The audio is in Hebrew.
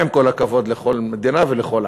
עם כל הכבוד לכל מדינה ולכל עם.